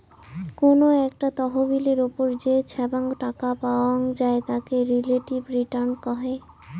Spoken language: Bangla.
কোনো একটা তহবিলের ওপর যে ছাব্যাং টাকা পাওয়াং যাই তাকে রিলেটিভ রিটার্ন কহে